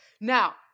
Now